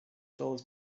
dollars